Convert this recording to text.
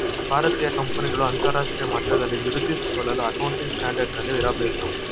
ಭಾರತೀಯ ಕಂಪನಿಗಳು ಅಂತರರಾಷ್ಟ್ರೀಯ ಮಟ್ಟದಲ್ಲಿ ಗುರುತಿಸಿಕೊಳ್ಳಲು ಅಕೌಂಟಿಂಗ್ ಸ್ಟ್ಯಾಂಡರ್ಡ್ ನಲ್ಲಿ ಇರಬೇಕು